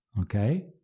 Okay